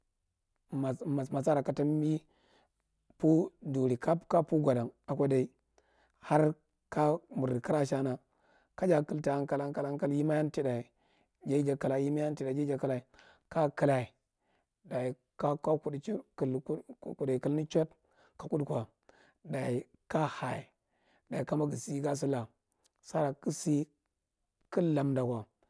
Mas masara ku tumbiye fowduri kabbab fow godon aday harka mirdi kira ashine kaja kla kla kla jaye jakla yematitha jaye jakla yematitha ja akla kagokla dachi kaakle klanichid kuɗɗko ɗaye kahakama ghusi gasi la, ghusi landa ko.